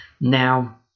now